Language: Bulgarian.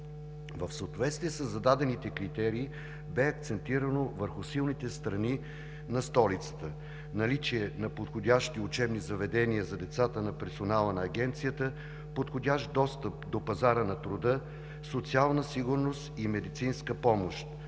В съответствие със зададените критерии бе акцентирано върху силните страни на столицата: наличие на подходящи учебни заведения за децата на персонала на Агенцията; подходящ достъп до пазара на труда; социална сигурност и медицинска помощ;